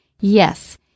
Yes